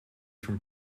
from